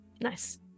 Nice